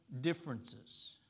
differences